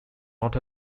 not